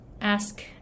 ask